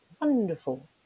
wonderful